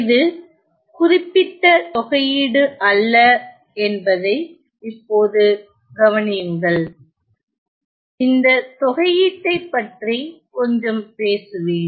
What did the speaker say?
இது குறிப்பிட்ட தொகையீடு அல்ல என்பதை இப்போது கவனியுங்கள் இந்த தொகையீட்டைப் பற்றி கொஞ்சம் பேசுவேன்